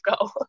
go